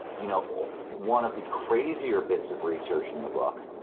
you know one of the crazier bits of research in the book,